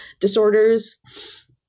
disorders